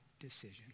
decision